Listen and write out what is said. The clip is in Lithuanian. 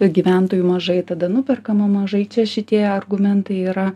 gyventojų mažai tada nuperkama mažai čia šitie argumentai yra